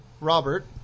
robert